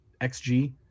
XG